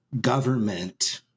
government